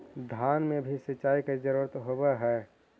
धान मे भी सिंचाई के जरूरत होब्हय?